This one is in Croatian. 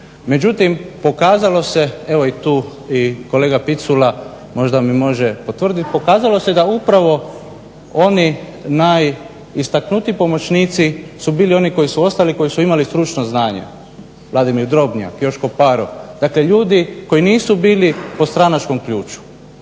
Međutim, pokazalo se evo i tu i kolega Picula možda mi može potvrditi, pokazalo se da upravo oni najistaknutiji pomoćnici su bili oni koji su ostali, koji su imali stručno znanje Vladimir Drobnjak, Joško Paro. Dakle, ljudi koji nisu bili po stranačkom ključu.